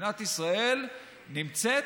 ומדינת ישראל נמצאת,